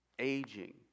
Aging